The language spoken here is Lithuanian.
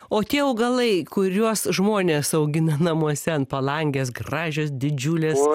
o tie augalai kuriuos žmonės augina namuose ant palangės gražios didžiulės